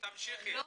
סליחה,